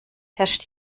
herrscht